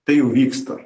tai vyksta